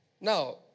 Now